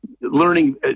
Learning